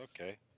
okay